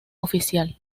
oficial